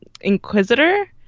inquisitor